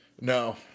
No